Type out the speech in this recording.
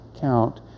count